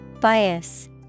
Bias